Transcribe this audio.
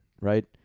right